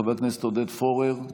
חבר הכנסת עודד פורר,